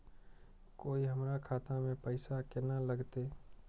कोय हमरा खाता में पैसा केना लगते?